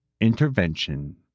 Intervention